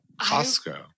Costco